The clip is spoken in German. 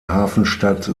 hafenstadt